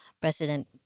President